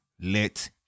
let